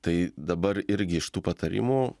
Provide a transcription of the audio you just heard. tai dabar irgi iš tų patarimų